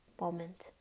moment